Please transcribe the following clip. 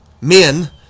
men